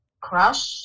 crush